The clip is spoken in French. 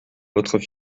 votre